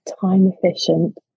time-efficient